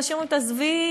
אנשים אומרים: תעזבי,